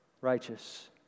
righteous